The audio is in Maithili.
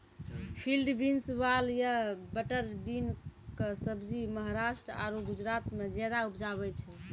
फील्ड बीन्स, वाल या बटर बीन कॅ सब्जी महाराष्ट्र आरो गुजरात मॅ ज्यादा उपजावे छै